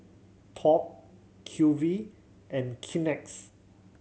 Top Q V and Kleenex